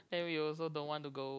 then we also don't want to go